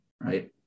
Right